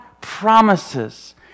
promises